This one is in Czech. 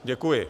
Děkuji.